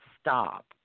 stop